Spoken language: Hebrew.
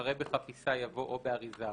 אחרי "בחפיסה" יבוא "או באריזה אחרת"